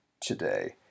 today